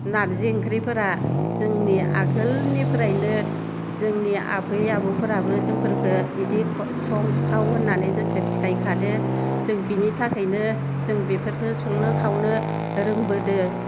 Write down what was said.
नारजि ओंख्रैफोरा जोंनि आगोलनिफ्रायनो जोंनि आबै आबौफोराबो जोंफोरखो इदि सं खाव होननानै जोंखो सिखायखादो जों बिनि थाखायनो जों बेफोरखो संनो खावनो रोंबोदो